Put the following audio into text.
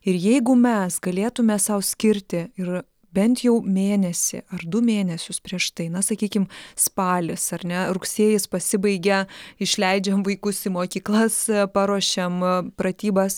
ir jeigu mes galėtume sau skirti ir bent jau mėnesį ar du mėnesius prieš tai na sakykim spalis ar ne rugsėjis pasibaigia išleidžiam vaikus į mokyklas paruošiam pratybas